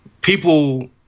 people